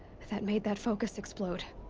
that made that focus explode.